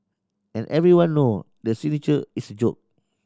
and everyone know the signature is joke